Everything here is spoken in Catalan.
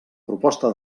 proposta